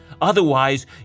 Otherwise